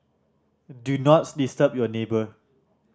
do not disturb your neighbour